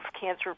cancer